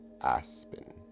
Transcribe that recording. aspen